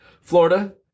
Florida